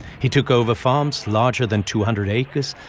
he took over farms larger than two hundred acres,